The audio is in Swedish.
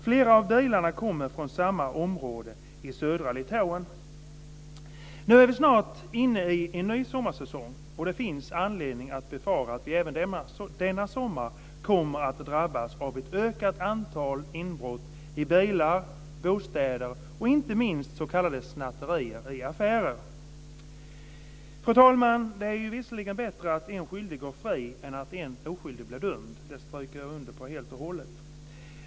Flera av bilarna kommer från samma område i södra Nu är vi snart inne i en ny sommarsäsong. Det finns anledning att befara att vi även denna sommar kommer att drabbas av ett ökat antal inbrott i bilar och bostäder och inte minst av s.k. snatterier i affärer. Fru talman! Det är visserligen bättre att en skyldig går fri än att en oskyldig blir dömd. Det skriver jag under på helt och hållet.